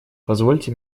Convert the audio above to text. позвольте